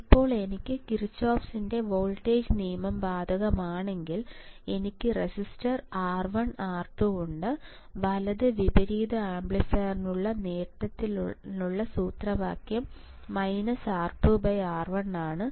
ഇപ്പോൾ എനിക്ക് കിർചോഫിന്റെ വോൾട്ടേജ് നിയമം ബാധകമാണെങ്കിൽ എനിക്ക് റെസിസ്റ്റർ R1 R2 ഉണ്ട് വലത് വിപരീത ആംപ്ലിഫയറിനുള്ള നേട്ടത്തിനുള്ള സൂത്രവാക്യം മൈനസ് R2 R1 ആണ്